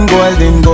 Golden